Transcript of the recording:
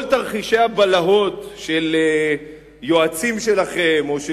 כל תרחישי הבלהות של יועצים שלכם או של